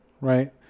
right